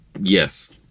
Yes